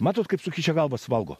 matot kaip sukišę galvas valgo